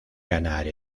ganar